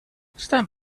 stand